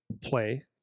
play